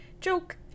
joke